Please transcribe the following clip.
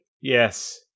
Yes